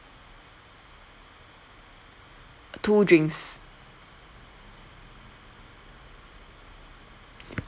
two drinks